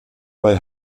bei